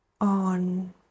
on